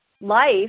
life